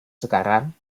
sekarang